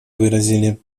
выразили